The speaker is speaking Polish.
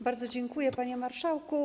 Bardzo dziękuję, panie marszałku.